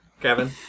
Kevin